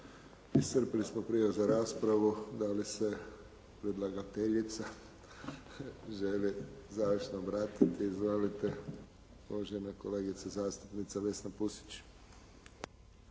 Iscrpili smo prijave za raspravu. Da li se predlagateljica želi zašto obratiti? Izvolite. Uvažena kolegica zastupnica Vesna Pusić.